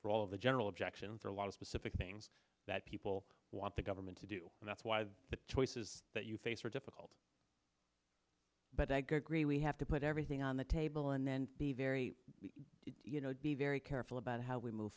for all of the general objections are a lot of specific things that people want the government to do and that's why the choices that you face are difficult but i agree we have to put everything on the table and then be very you know be very careful about how we move